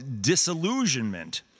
disillusionment